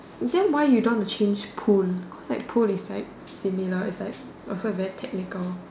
then why you don't want to change pool cause pool is like similar is like also very technical